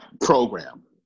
program